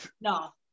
No